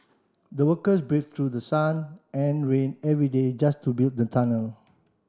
the workers braved through sun and rain every day just to build the tunnel